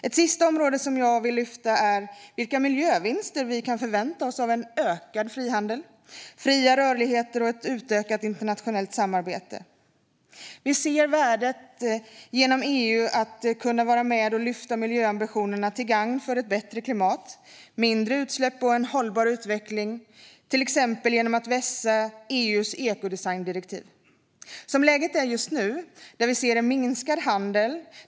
Ett sista område som jag vill lyfta gäller vilka miljövinster vi kan förvänta oss av en ökad frihandel, fri rörlighet och ett utökat internationellt samarbete. Vi ser värdet av att genom EU kunna vara med och lyfta miljöambitionerna för ett bättre klimat, mindre utsläpp och en hållbar utveckling, till exempel genom att vässa EU:s ekodesigndirektiv. Som läget är just nu ser vi ser en minskad handel.